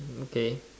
okay